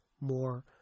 more